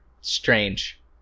strange